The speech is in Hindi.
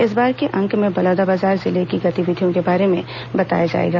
इस बार के अंक में बलौदाबाजार जिले की गतिविधियों के बारे में जानकारी दी जाएगी